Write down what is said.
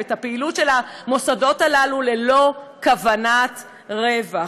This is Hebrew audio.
את הפעילות של המוסדות הללו ללא כוונת רווח.